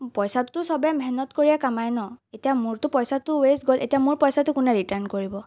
পইচাটোতো সবেই মেহনত কৰিয়ে কমায় ন এতিয়া মোৰতো পইচাটো ৱেষ্ট গ'ল এতিয়া মোৰ পইচাটো কোনে ৰিটাৰ্ন কৰিব